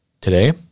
Today